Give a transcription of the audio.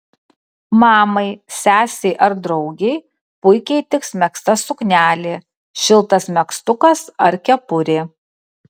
mamai sesei ar draugei puikiai tiks megzta suknelė šiltas megztukas ar kepurė